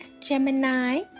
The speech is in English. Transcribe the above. Gemini